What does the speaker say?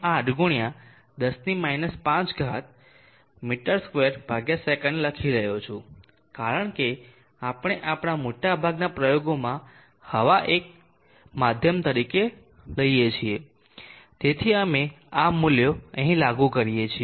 8 ગુણ્યા 10 5 મી2 સે લખી રહ્યો છું કારણ કે આપણે આપણા મોટા ભાગના પ્રયોગોમાં હવાએ માધ્યમ તરીકે હશે તેથી અમે આ મૂલ્યો અહીં લાગુ કરીએ છીએ